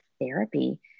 therapy